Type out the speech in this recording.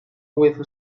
with